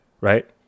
right